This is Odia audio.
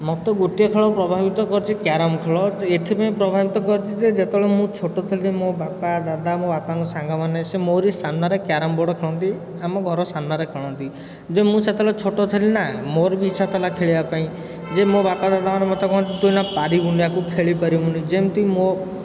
ମୋତେ ଗୋଟିଏ ଖେଳ ପ୍ରଭାବିତ କରିଛି କ୍ୟାରମ୍ ଖେଳ ଏଥିପାଇଁ ପ୍ରଭାବିତ କରିଛି ଯେ ଯେତେବେଳେ ମୁଁ ଛୋଟ ଥିଲି ମୋ ବାପା ଦାଦା ମୋ ବାପାଙ୍କ ସାଙ୍ଗ ମାନେ ସେ ମୋରି ସାମ୍ନାରେ କ୍ୟାରମ୍ ବୋର୍ଡ଼ ଖେଳନ୍ତି ଆମ ଘର ସାମ୍ନାରେ ଖେଳନ୍ତି ଯେ ମୁଁ ସେତେବେଳେ ଛୋଟ ଥିଲି ନା ମୋର ବି ଇଚ୍ଛା ଥିଲା ଖେଳିବା ପାଇଁ ଯେ ମୋ ବାପା ଦାଦା ମାନେ ମୋତେ କୁହନ୍ତି ତୁ ଏଇନା ପାରିବୁନୁ ଆକୁ ଖେଳିପାରିବୁନି ଯେମିତି ମୋ